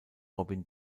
robin